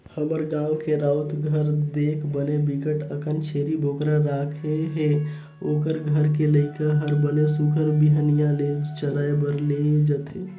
हमर गाँव के राउत घर देख बने बिकट अकन छेरी बोकरा राखे हे, ओखर घर के लइका हर बने सुग्घर बिहनिया ले चराए बर ले जथे